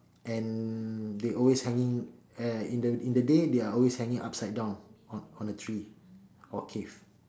and they always hanging uh in the in the day they are always hanging upside down on a on a tree or a cave